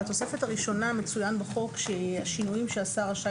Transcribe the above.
בתוספת הראשונה מצוין בחוק שהשינויים שהשר רשאי